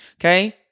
okay